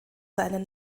seinen